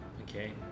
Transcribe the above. Okay